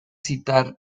citar